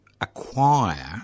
acquire